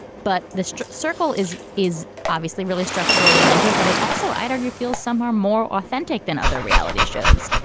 but this circle is is obviously really structurally inventive. but it also, i'd argue, feels some are more authentic than other reality shows.